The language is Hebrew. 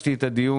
ביקשתי את הדיון,